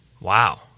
Wow